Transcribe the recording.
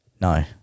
No